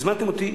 הזמנתם אותי,